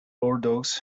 bordeaux